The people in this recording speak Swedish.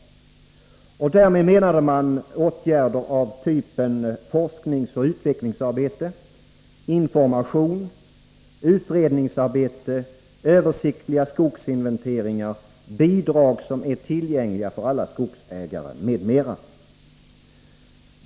Därmed menade man åtgärder av typen forskningsoch utvecklingsarbete, information, utredningsarbete, översiktliga skogsinventeringar, bidrag som är tillgängliga för alla skogsägare m.m.